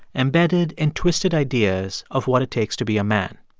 embedded in twisted ideas of what it takes to be a man